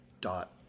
dot